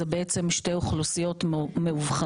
אלה בעצם שתי אוכלוסיות מובחנות.